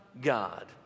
God